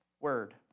word